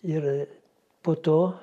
ir po to